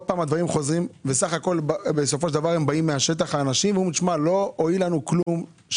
הדברים חוזרים והאנשים מהשטח אומרים: לא הועיל לנו כלום,